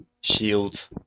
shield